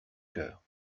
cœur